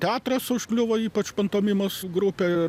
teatras užkliuvo ypač pantomimos grupė ir